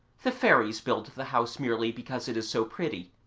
the fairies build the house merely because it is so pretty,